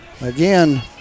Again